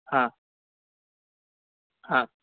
હા હા